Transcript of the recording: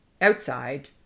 outside